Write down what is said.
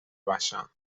baixa